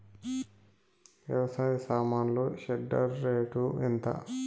వ్యవసాయ సామాన్లు shredder rate ఎంత?